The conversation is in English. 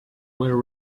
were